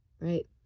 Right